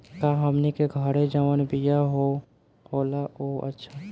का हमनी के घरे जवन बिया होला उ अच्छा नईखे?